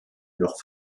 leur